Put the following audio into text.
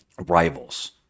Rivals